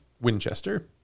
Winchester